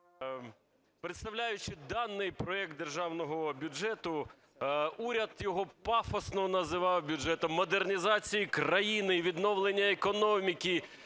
Представляючи даний проект Державного бюджету, уряд його пафосно називав бюджетом модернізації країни, відновлення економіки,